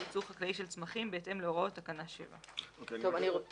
ייצור חקלאי שלצמחים בהתאם להוראות תקנה 7". אני רוצה